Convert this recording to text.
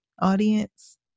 audience